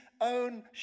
own